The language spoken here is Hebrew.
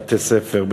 בתי-ספר,